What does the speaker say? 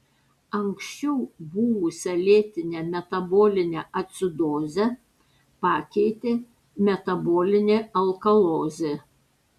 anksčiau buvusią lėtinę metabolinę acidozę pakeitė metabolinė alkalozė